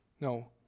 No